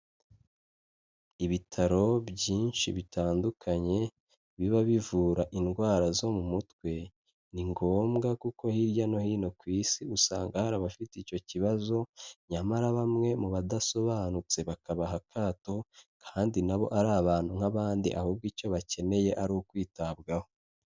Ibitaro byinshi bitandukanye, biba bivura indwara zo mu mutwe, ni ngombwa kuko hirya no hino ku isi usanga hari abafite icyo kibazo, nyamara bamwe mu badasobanutse bakabaha akato, kandi nabo ari abantu nk'abandi, ahubwo icyo bakeneye ari ukwitabwaho.